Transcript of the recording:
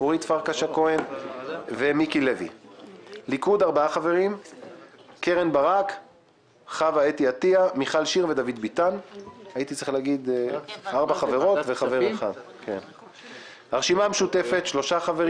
וכספים זה בשעה 19:30. אלו השעות שנצטרך